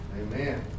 Amen